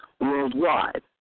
worldwide